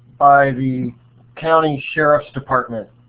by the county sheriff's department,